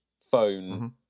phone